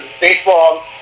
baseball